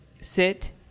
sit